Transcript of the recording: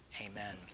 Amen